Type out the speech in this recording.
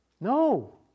No